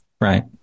Right